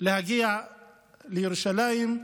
להגיע לירושלים.